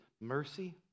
mercy